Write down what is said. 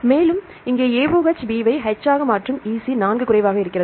மேலும் இங்கே AOH plus B இவை H ஆக மற்றும் EC 4 குறைவாக இருக்கிறது